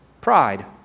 Pride